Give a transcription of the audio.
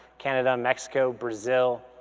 canada, mexico, brazil,